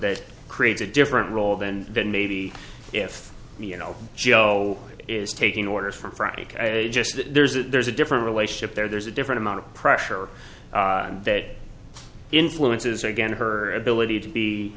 that creates a different role than then maybe if you know joe is taking orders from just that there's a there's a different relationship there there's a different amount of pressure that influences again her ability to be